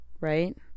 Right